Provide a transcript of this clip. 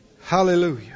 Hallelujah